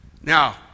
Now